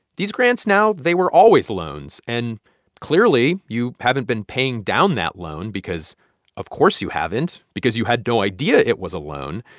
these grants now, they were always loans. and clearly, you haven't been paying down that loan because of course you haven't because you had no idea it was a loan.